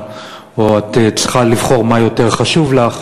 או: את צריכה לבחור מה יותר חשוב לך.